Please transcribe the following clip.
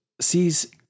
sees